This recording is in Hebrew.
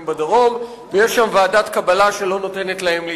בדרום ויש שם ועדת קבלה שלא נותנת להם להתקבל.